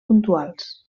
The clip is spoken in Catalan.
puntuals